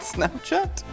Snapchat